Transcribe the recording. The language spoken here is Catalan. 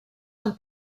amb